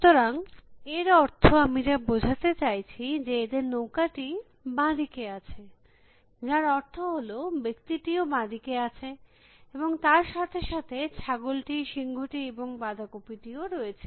সুতরাং এর অর্থ আমি যা বোঝাতে চাইছি যে এদের নৌকাটি বাঁ দিকে আছে যার অর্থ হল ব্যক্তি টিও বাঁ দিকে আছে এবং তার সাথে সাথে ছাগলটি সিংহটি এবং বাঁধাকপি টিও রয়েছে